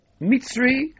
Mitzri